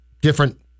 different